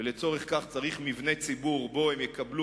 ולצורך כך צריך מבנה ציבור שבו הם יקבלו